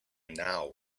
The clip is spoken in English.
now